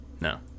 No